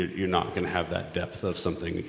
you're not gonna have that depth of something,